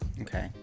okay